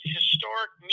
historic